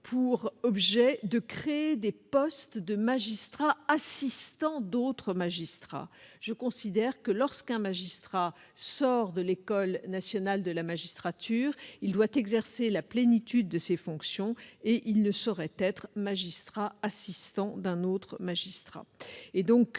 pour objet de créer des postes de magistrats assistant d'autres magistrats. Je considère que, lorsqu'un magistrat sort de l'École nationale de la magistrature, il doit exercer la plénitude de ses fonctions et qu'il ne saurait être magistrat assistant d'un autre magistrat.